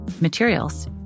materials